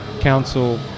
council